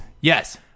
Yes